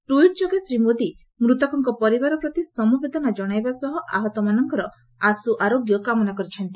tweet ଯୋଗେ ଶ୍ରୀ ମୋଦି ମୃତକଙ୍କ ପରିବାର ପ୍ରତି ସମବେଦନା ଜଣାଇବା ସହ ଆହତମାନଙ୍କର ଆଶୁ ଆରୋଗ୍ୟ କାମନା କରିଛନ୍ତି